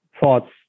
thoughts